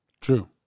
True